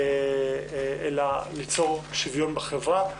אלא ליצור שוויון בחברה.